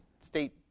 state